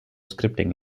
scripting